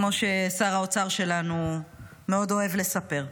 כמו ששר האוצר שלנו מאוד אוהב לספר.